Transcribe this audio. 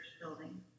building